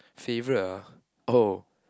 favourite ah oh